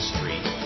Street